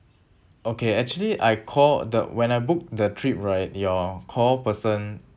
okay actually I called the when I booked the trip right your call person